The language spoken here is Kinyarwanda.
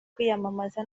kwiyamamaza